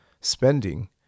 spending